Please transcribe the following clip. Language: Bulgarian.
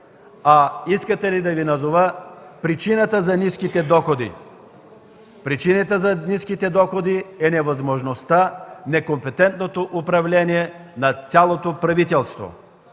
Искате ли да Ви назова причината за ниските доходи? Причината за ниските доходи е невъзможността, некомпетентното управление на цялото правителство.